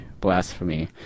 blasphemy